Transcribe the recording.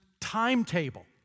timetable